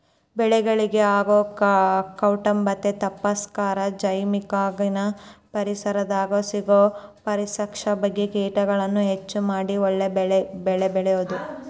ಬೆಳೆಗಳಿಗೆ ಆಗೋ ಕೇಟಭಾದೆ ತಪ್ಪಸಾಕ ಜೈವಿಕವಾಗಿನ ಪರಿಸರದಾಗ ಸಿಗೋ ಪರಭಕ್ಷಕ ಕೇಟಗಳನ್ನ ಹೆಚ್ಚ ಮಾಡಿ ಒಳ್ಳೆ ಬೆಳೆಬೆಳಿಬೊದು